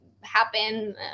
happen